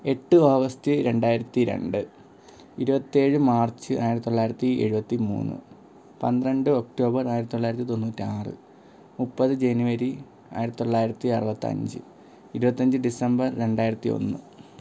എട്ട് ഓഗസ്റ്റ് രണ്ടായിരത്തി രണ്ട് ഇരുപത്തേഴ് മാർച്ച് ആയിരത്തി തൊള്ളായിരത്തി എഴുപത്തി മൂന്ന് പന്ത്രണ്ട് ഒക്ടോബർ ആയിരത്തി തൊള്ളായിരത്തി തൊണ്ണൂറ്റാറ് മുപ്പത് ജനുവരി ആയിരത്തി തൊള്ളായിരത്തി അറുപത്തഞ്ച് ഇരുപത്തഞ്ച് ഡിസംബർ രണ്ടായിരത്തി ഒന്ന്